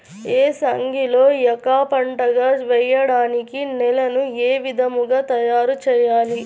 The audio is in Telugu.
ఏసంగిలో ఏక పంటగ వెయడానికి నేలను ఏ విధముగా తయారుచేయాలి?